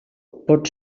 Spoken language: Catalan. pot